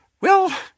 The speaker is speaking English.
Well